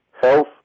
health